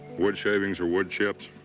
wood shavings or wood chips,